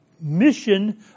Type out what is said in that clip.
mission